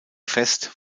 fest